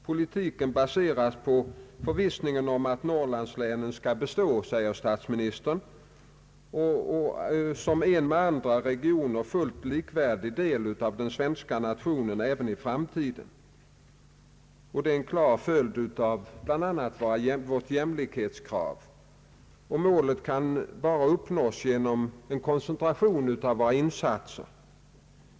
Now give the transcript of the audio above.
Politiken baseras på förvissningen att norrlandslänen skall bestå, säger statsministern, som en med andra regioner fullt likvärdig del av den svenska nationen även i framtiden. Detta är en klar följd av bl.a. vårt jämlikhetskrav. Målet kan bara uppnås genom koncentration av våra insatser.